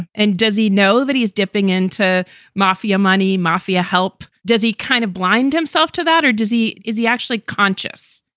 and does he know that he's dipping into mafia money, mafia help? does he kind of blind himself to that? or does he is he actually conscious?